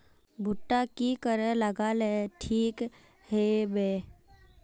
भुट्टा की करे लगा ले ठिक है बय?